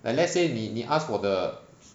like let's say 你你 asked for the